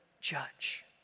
judge